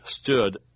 stood